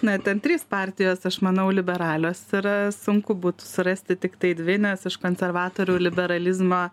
na ten trys partijos aš manau liberalios yra sunku būtų surasti tiktai dvi nes iš konservatorių liberalizmą